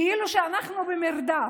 כאילו שאנחנו במרדף,